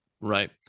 Right